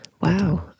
Wow